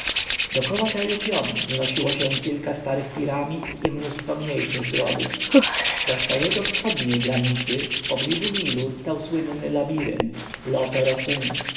dokoła kraju piom wznosiło się kilka starych piramid i mnóstwo mniejszych grobów zaś na jego wschodniej granicy wpobliżu nilu stał słynny labirynt lope-ro-hunt